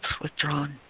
withdrawn